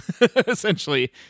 essentially